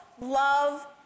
love